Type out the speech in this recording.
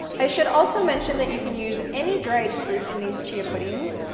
i should also mention that you can use any dried fruit in these chia puddings,